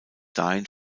dahin